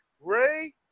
Ray